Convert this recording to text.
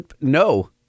No